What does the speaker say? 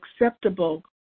acceptable